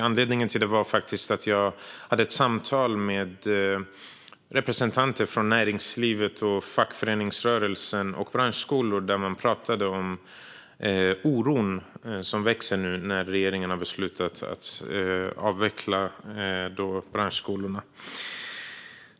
Anledningen till detta var ett samtal jag hade med representanter för näringslivet, fackföreningsrörelsen och branschskolor, där man talade om den växande oron när regeringen nu har beslutat att avveckla branschskolorna.